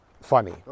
funny